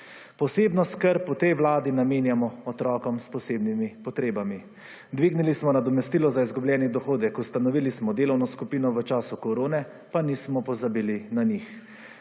Posebna skrb v tej Vladi namenjamo otrokom s posebnimi potrebami. Dvignili smo nadomestilo za izgubljeni dohodek, ustanovili smo delovno skupino v času korone pa nismo pozabili na njih.